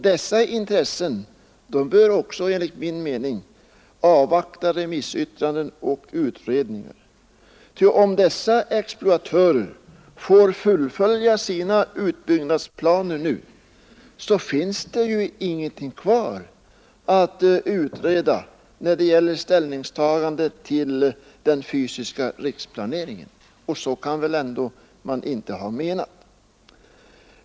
Dessa intressen bör också enligt min mening avvakta remissyttranden och utredningar, ty om dessa exploatörer får fullfölja sina utbyggnadsplaner nu, så finns det ingenting kvar att utreda när det gäller ställningstagandet till den fysiska riksplaneringen. Och så kan man väl inte ha menat.